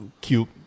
cube